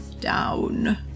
down